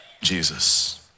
Jesus